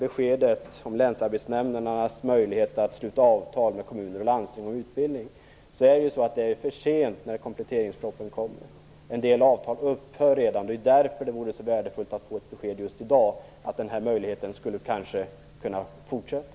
Beskedet om länsarbetsnämndernas möjlighet att sluta avtal med kommuner och landsting om utbildning, arbetsmarknadsministern, kommer för sent när kompletteringspropositionen läggs fram. En del avtal upphör redan nu. Det är därför det vore så värdefullt att få ett besked just i dag om att den här möjligheten kanske skulle kunna fortsätta.